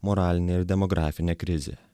moralinė ir demografinė krizė